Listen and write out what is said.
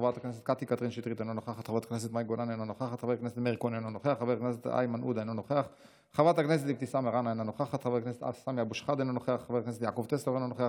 חבר הכנסת יעקב מרגי, אינו נוכח,